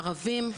ערבים,